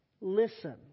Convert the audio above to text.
Listen